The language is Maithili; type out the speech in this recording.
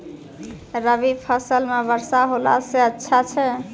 रवी फसल म वर्षा होला से अच्छा छै?